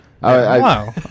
Wow